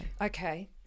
Okay